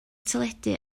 teledu